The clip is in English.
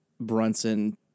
Brunson